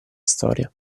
storia